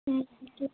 ହୁଁ